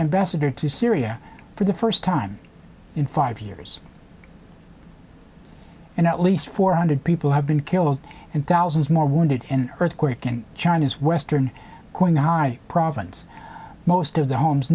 ambassador to syria for the first time in five years and at least four hundred people have been killed and thousands more wounded in earthquake and china's western high province most of the homes